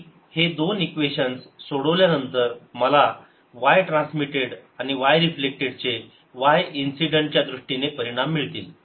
मी हे दोन इक्वेशन्स सोडवल्यानंतर मला वाय ट्रान्समिटेड आणि वाय रिफ्लेक्टेड चे वाय इन्सिडेंट च्या दृष्टीने परिणाम मिळतील